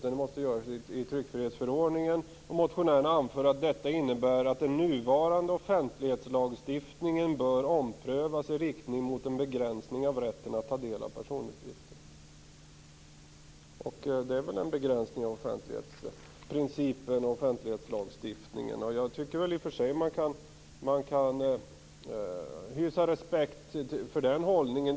Det måste göras i tryckfrihetsförordningen, och motionärerna anför att detta innebär att den nuvarande offentlighetslagstiftningen bör omprövas i riktning mot en begränsning av rätten att ta del av personuppgifter. Det är väl en begränsning av offentlighetsprincipen och offentlighetslagstiftningen. Jag tycker i och för sig att man kan hysa respekt för den hållningen.